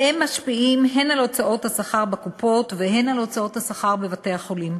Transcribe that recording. והם משפיעים הן על הוצאות השכר בקופות והן על הוצאות השכר בבתי-החולים.